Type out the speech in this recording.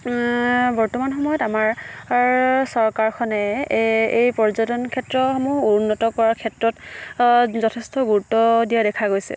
বৰ্তমান সময়ত আমাৰ চৰকাৰখনে এই এই পৰ্যটন ক্ষেত্ৰসমূহ উন্নত কৰাৰ ক্ষেত্ৰত যথেষ্ট গুৰুত্ব দিয়া দেখা গৈছে